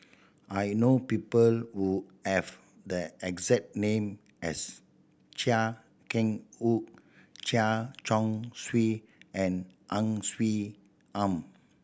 I know people who have the exact name as Chia Keng Hock Chen Chong Swee and Ang Swee Aun